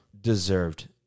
Deserved